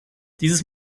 dieses